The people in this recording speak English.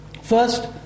First